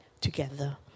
together